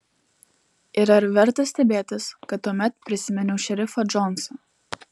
ir ar verta stebėtis kad tuomet prisiminiau šerifą džonsą